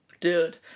Dude